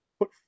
put